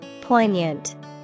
Poignant